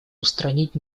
устранить